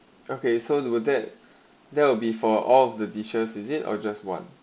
okay so will that there will be for all of the dishes is it or just one